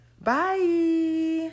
Bye